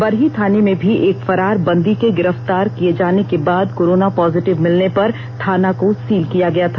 बरही थाने में भी एक फरार बंदी के गिरफ्तार किए जाने के बाद कोरोना पॉजिटिव मिलने पर थाना को सील किया गया था